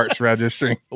registering